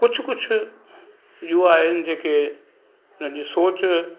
कुझु कुझु युवा आहिनि जेके उन्हनि जी सोच